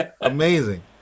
amazing